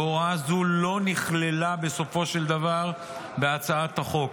והוראה זו לא נכללה בסופו של דבר בהצעת החוק.